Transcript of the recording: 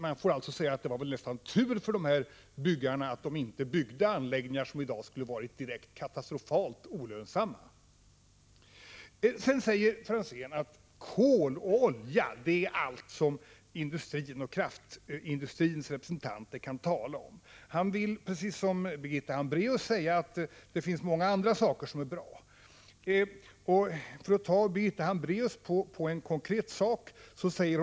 Man får alltså säga att det var nästan tur för dessa byggare att de inte byggde anläggningar som i dag skulle ha varit direkt katastrofalt olönsamma. Sedan säger Ivar Franzén att kol och olja är allt som kraftindustrins representanter kan tala om. Han vill precis som Birgitta Hambraeus säga att det finns många andra saker som är bra. För att konkret ta Birgitta Hambraeus på orden vill jag säga följande.